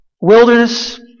Wilderness